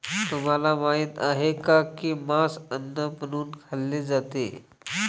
तुम्हाला माहित आहे का की मांस अन्न म्हणून खाल्ले जाते?